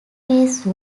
base